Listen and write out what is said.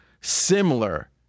similar